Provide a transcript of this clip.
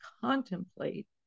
contemplate